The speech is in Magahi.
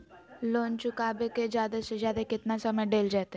लोन चुकाबे के जादे से जादे केतना समय डेल जयते?